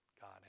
God